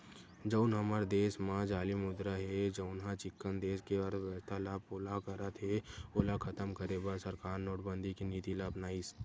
जउन हमर देस म जाली मुद्रा हे जउनहा चिक्कन देस के अर्थबेवस्था ल पोला करत हे ओला खतम करे बर सरकार नोटबंदी के नीति ल अपनाइस